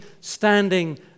standing